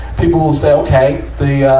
people will say, okay, the, ah,